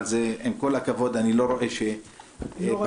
אבל עם כל הכבוד אני לא רואה --- אני לא ראיתי את המילה שלום.